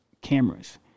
cameras